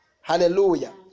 Hallelujah